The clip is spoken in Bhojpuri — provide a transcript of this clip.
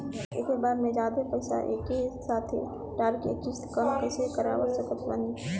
एके बार मे जादे पईसा एके साथे डाल के किश्त कम कैसे करवा सकत बानी?